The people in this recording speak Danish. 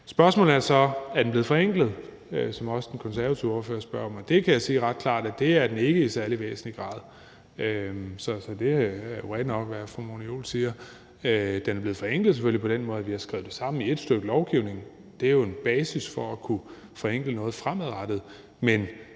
Spørgsmålet er så: Er den blevet forenklet? Det var også det, den konservative ordfører spurgte om. Det kan jeg sige ret klart at den ikke er i særlig væsentlig grad. Så det er jo rigtigt nok, hvad fru Mona Juul siger. Den er selvfølgelig blevet forenklet på den måde, at vi har skrevet det samme i ét stykke lovgivning; det er jo en basis for at kunne forenkle noget fremadrettet.